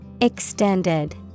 Extended